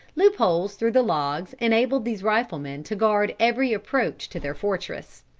loop-holes through the logs enabled these riflemen to guard every approach to their fortress.